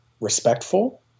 respectful